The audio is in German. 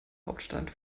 hauptstadt